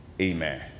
Amen